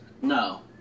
No